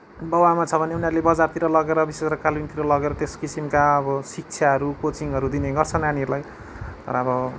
बाउआमा छ भने उनीहरूले बजारतिर लगेर विशेष गरेर कालिम्पोङतिर लगेर त्यस किसिमका शिक्षाहरू कोचिङहरू दिने गर्छ नानीहरूलाई तर अब